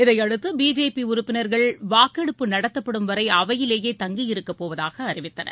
இதனையடுக்கட BJP உறுப்பினர்கள் வாக்கெடுப்பு நடத்தப்படும்வரை அவையிலேயே தங்கியிருக்கப் போவதாக அறிவித்தனர்